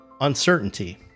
uncertainty